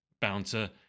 bouncer